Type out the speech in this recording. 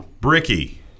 Bricky